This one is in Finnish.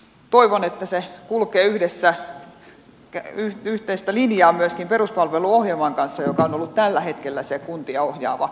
toivon että se kulkee yhteistä linjaa myöskin peruspalveluohjelman kanssa joka on ollut tällä hetkellä se kuntia ohjaava menettely